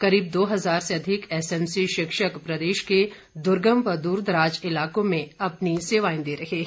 करीब दो हजार से अधिक एस एमसी शिक्षक प्रदेश के दुर्गम व दूरदराज इलाकों में अपने सेवाएं दे रहे हैं